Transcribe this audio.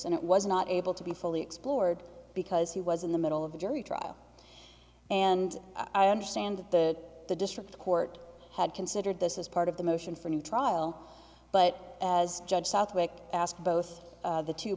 and it was not able to be fully explored because he was in the middle of a jury trial and i understand that the district court had considered this is part of the motion for a new trial but as judge southwick asked both of the two